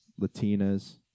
Latinas